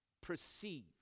Perceive